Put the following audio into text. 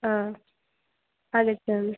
आगच्छामि